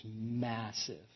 massive